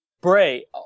Bray